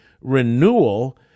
renewal